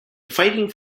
fighting